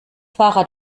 fahrrad